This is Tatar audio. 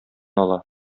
ала